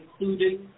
including